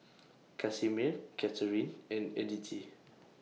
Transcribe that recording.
Casimir Catharine and Edythe